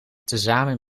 tezamen